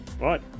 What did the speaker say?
right